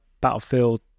battlefield